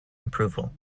approval